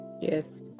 Yes